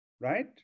right